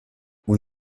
اون